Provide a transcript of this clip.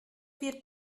wird